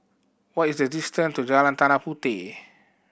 what is the distant to Jalan Tanah Puteh